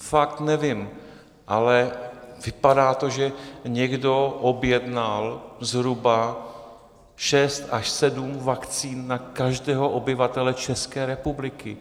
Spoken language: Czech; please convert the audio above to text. Fakt nevím, ale vypadá to, že někdo objednal zhruba šest až sedm vakcín na každého obyvatele České republiky.